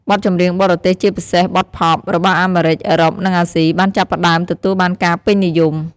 បទចម្រៀងបរទេស ជាពិសេសបទផប់ របស់អាមេរិក អឺរ៉ុប និងអាស៊ី បានចាប់ផ្ដើមទទួលបានការពេញនិយម។